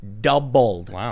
doubled